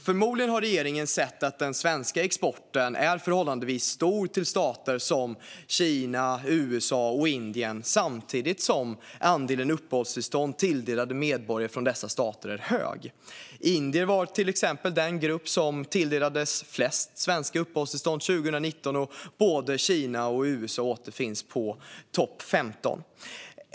Förmodligen har regeringen sett att den svenska exporten till stater som USA, Kina och Indien är förhållandevis stor, samtidigt som andelen uppehållstillstånd tilldelade medborgare från dessa stater är hög. Indier var till exempel den grupp som tilldelades flest svenska uppehållstillstånd under 2019, och både Kina och USA återfinns bland topp 15.